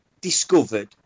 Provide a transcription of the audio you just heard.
discovered